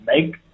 make